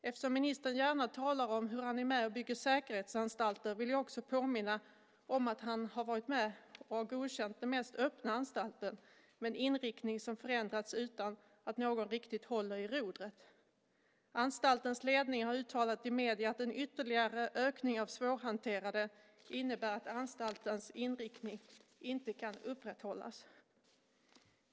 Eftersom ministern gärna talar om hur han är med och bygger säkerhetsanstalter, vill jag också påminna om att han har varit med och godkänt den mest öppna anstalten med en inriktning som har förändrats utan att någon riktigt håller i rodret. Anstaltens ledning har uttalat i medierna att en ytterligare ökning av svårhanterade personer innebär att anstaltens inriktning inte kan upprätthållas.